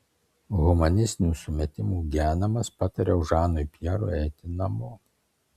humanistinių sumetimų genamas patariau žanui pjerui eiti namo